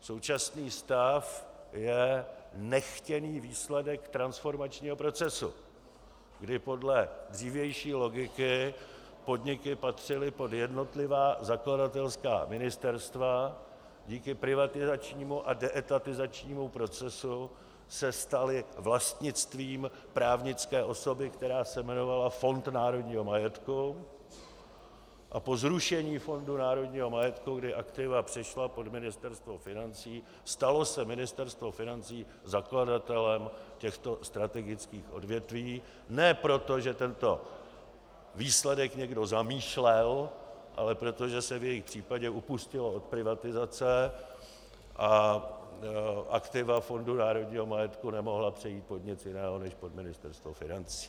Současný stav je nechtěný výsledek transformačního procesu, kdy podle dřívější logiky podniky patřily pod jednotlivá zakladatelská ministerstva, díky privatizačnímu a deetatizačnímu procesu se staly vlastnictvím právnické osoby, která se jmenovala Fond národního majetku, a po zrušení Fondu národního majetku, kdy aktiva přešla pod Ministerstvo financí, stalo se Ministerstvo financí zakladatelem těchto strategických odvětví ne proto, že tento výsledek někdo zamýšlel, ale proto, že se v jejich případě upustilo od privatizace a aktiva Fondu národního majetku nemohla přejít pod nic jiného než pod Ministerstvo financí.